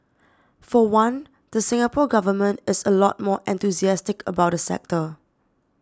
for one the Singapore Government is a lot more enthusiastic about the sector